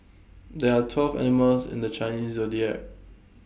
there are twelve animals in the Chinese Zodiac